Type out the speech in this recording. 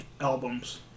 Albums